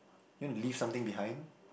you want to leave something behind